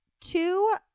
two